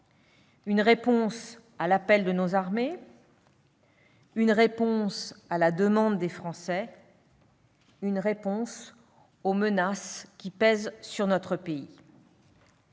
une réponse à l'appel de nos armées. Une réponse à la demande des Français. Une réponse aux menaces qui pèsent sur notre pays.